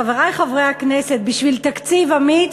חברי חברי הכנסת, בשביל תקציב אמיץ,